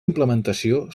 implementació